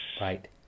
right